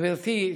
גברתי,